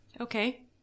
okay